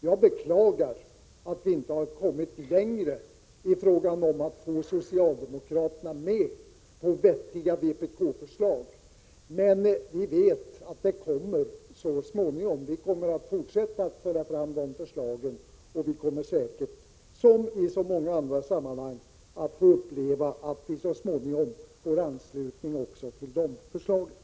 Jag beklagar att vi inte har lyckats få socialdemokraterna med på vettiga vpk-förslag. Men vi vet att de kommer att ansluta sig till dem så småningom. Därför kommer vi att fortsätta att framföra våra förslag. Säkerligen kommer vi som i så många andra sammanhang att få uppleva att andra ansluter sig också till de förslagen.